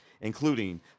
including